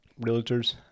realtors